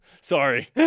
Sorry